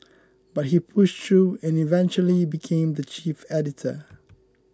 but he pushed through and eventually became the chief editor